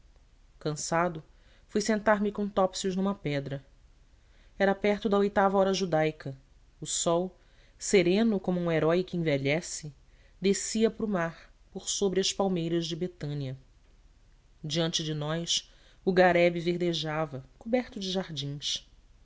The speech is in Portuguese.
cansado fui sentar-me com topsius numa pedra era perto da oitava hora judaica o sol sereno como um herói que envelhece descia para o mar por sobre as palmeiras de betânia diante de nós o garebe verdejava coberto de jardins